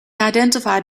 identified